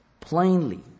plainly